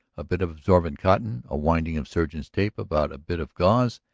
a bit of absorbent cotton, a winding of surgeon's tape about a bit of gauze,